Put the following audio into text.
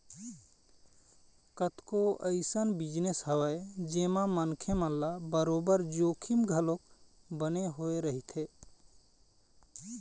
कतको अइसन बिजनेस हवय जेमा मनखे मन ल बरोबर जोखिम घलोक बने होय रहिथे